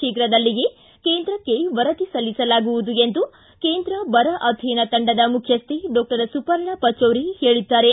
ಶೀಘದಲ್ಲಿಯೆ ಕೇಂದ್ರಕ್ಕೆ ವರದಿ ಸಲ್ಲಿಸಲಾಗುವುದು ಎಂದು ಕೇಂದ್ರ ಬರ ಅಧ್ಯಯನ ತಂಡದ ಮುಖ್ಯಸ್ಥೆ ಡಾಕ್ಟರ್ ಸುಪರ್ಣಾ ಪಚೌರಿ ಹೇಳಿದ್ದಾರೆ